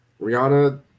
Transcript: Rihanna